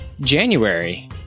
January